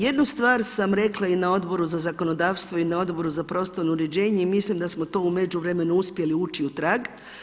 Jednu stvar sam rekla i na Odboru za zakonodavstvo i na Odboru za prostorno uređenje i mislim da smo to u međuvremenu uspjeli ući u trag.